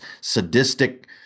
sadistic